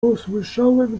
posłyszałem